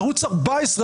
בערוץ 14,